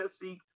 see